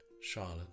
Charlotte